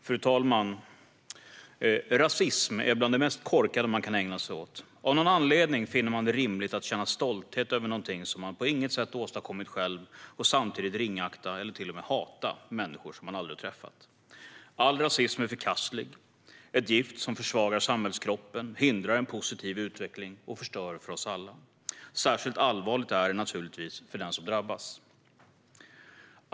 Fru talman! Rasism är bland det mest korkade man kan ägna sig åt. Av någon anledning finner man det rimligt att känna stolthet över något man på inget sätt åstadkommit själv och samtidigt ringakta eller till och med hata människor som man aldrig har träffat. All rasism är förkastlig - ett gift som försvagar samhällskroppen, hindrar en positiv utveckling och förstör för oss alla. Särskilt allvarligt är det naturligtvis för den som drabbas.